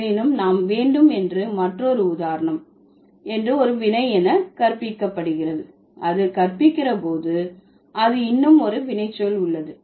எனினும் நாம் வேண்டும் என்று மற்றொரு உதாரணம் என்று ஒரு வினை என கற்பிக்கப்படுகிறது அது கற்பிக்கிறது போது அது இன்னும் ஒரு வினைச்சொல் உள்ளது